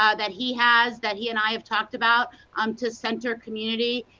ah that he has, that he and i have talked about um to center community,